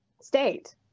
state